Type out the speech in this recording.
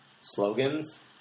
slogans